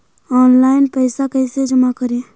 Online पैसा कैसे जमा करे?